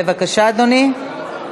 בבקשה, אדוני.